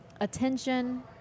Attention